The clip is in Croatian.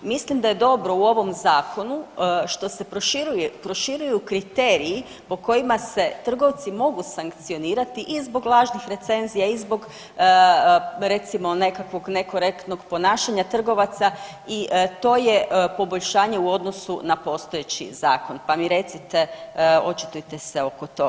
Mislim da je dobro u ovom zakonu što se proširuju kriteriji po kojima se trgovci mogu sankcionirati i zbog lažnih recenzija i zbog recimo nekakvog nekorektnog ponašanja trgovaca i to je poboljšanje u odnosu na postojeći zakon, pa mi recite, očitujte se oko toga.